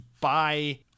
buy